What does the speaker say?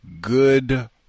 good